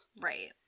right